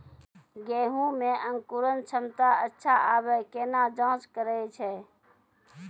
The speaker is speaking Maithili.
गेहूँ मे अंकुरन क्षमता अच्छा आबे केना जाँच करैय छै?